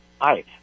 Hi